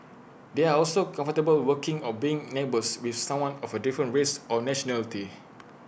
they are also comfortable working or being neighbours with someone of A different race or nationality